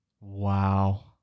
Wow